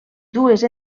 dues